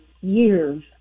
years